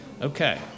Okay